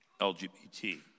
LGBT